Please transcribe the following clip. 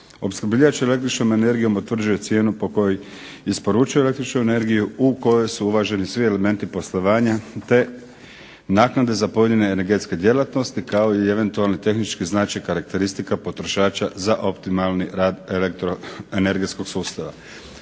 Opskrbljivač električnom energijom utvrđuje cijenu po kojoj isporučuje električnu energiju u kojoj su uvaženi svi elementi poslovanja, te naknade za pojedine energetske djelatnosti kao i eventualni tehnički značaj, karakteristika potrošača za optimalni rad elektroenergetskog sustava.